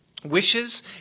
wishes